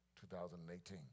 2018